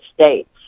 States